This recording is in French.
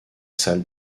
salles